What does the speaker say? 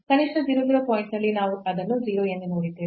ಕನಿಷ್ಠ 0 0 ಪಾಯಿಂಟ್ ನಲ್ಲಿ ನಾವು ಅದನ್ನು 0 ಎಂದು ನೋಡಿದ್ದೇವೆ